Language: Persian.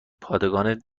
پادگان